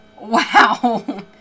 wow